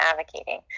advocating